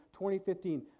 2015